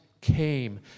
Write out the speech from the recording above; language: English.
came